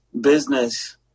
business –